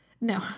No